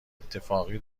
اتفاقی